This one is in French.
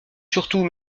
surtout